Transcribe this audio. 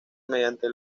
mediante